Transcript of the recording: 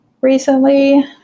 recently